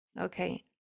Okay